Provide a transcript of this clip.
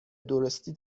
درستی